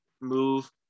move